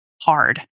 hard